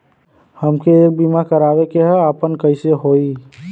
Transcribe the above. हमके एक बीमा करावे के ह आपन कईसे होई?